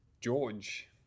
George